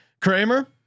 Kramer